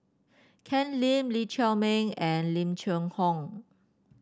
Ken Lim Lee Chiaw Meng and Lim Cheng Hoe